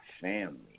family